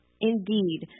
Indeed